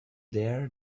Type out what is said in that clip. there